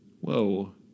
Whoa